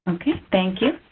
okay. thank you.